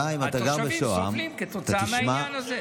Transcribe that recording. התושבים סובלים כתוצאה מהעניין הזה.